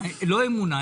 לא אמונה.